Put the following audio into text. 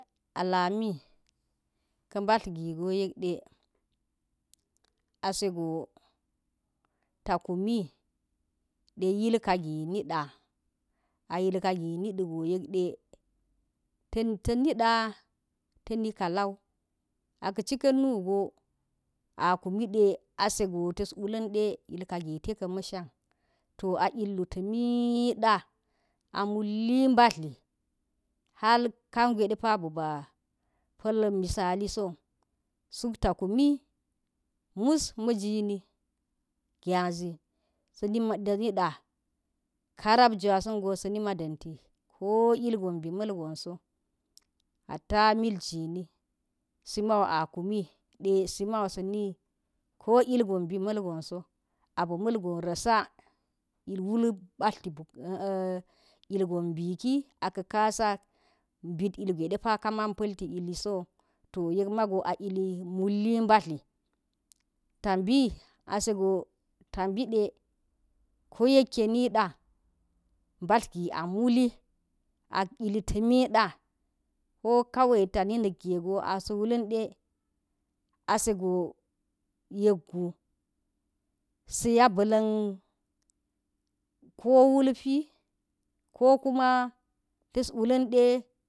A lami ka̱ mba̱ gi go yet de a se go ta kumi yil kami nida, a yilka niɗago yek de taniɗa tani ka lan, a ka̱ cika̱n nugo a kumi de a se go tas wulan yilka git e ka mashan to a illu tami da, a mulli mbatli, hankan gwee de pa b aba pal misali son suk ta kmani mu s ma̱ ji ni nyazi s maji ni nyazi s ani da karap gwasan go sa nima danti ko ilgon mbi malgon so hatta milgiri, sim au sa̱ ni de ko ilgon mbi mlgan so a bi malgon rasa wul gan mbiki akaka s ambit ilgwe depa ka man pal ti illli sawu to yek mamgo a ili mulimbatli tambi ase go ta mbide koyeke nida mba̱ gi a muli a illli ta̱ mida ko kawai ta ni na̱ge go a sa wulan u, a se go yek gu saya ba̱la̱n ko wulp ko kuma ta̱s wull de.